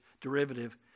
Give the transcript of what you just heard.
derivative